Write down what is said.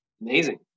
amazing